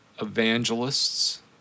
evangelists